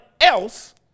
else